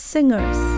Singers